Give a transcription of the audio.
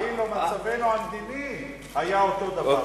אילו מצבנו המדיני היה אותו הדבר.